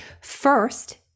first